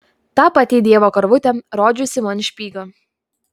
ta pati dievo karvutė rodžiusi man špygą